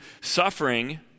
suffering